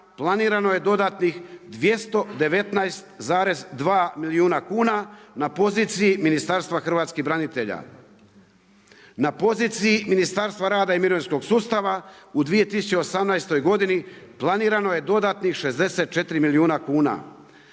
planirano je dodatnih 219,2 milijuna kuna na poziciji Ministarstva hrvatskih branitelja. Na poziciji Ministarstva rada i mirovinskog sustava u 2018. godini planirano je dodatnih 64 milijuna kuna.